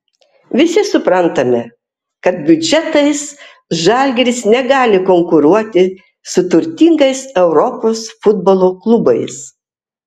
visi suprantame kad biudžetais žalgiris negali konkuruoti su turtingais europos futbolo klubais